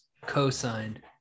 co-signed